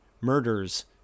murders